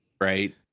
right